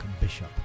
bishop